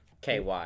KY